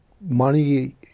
money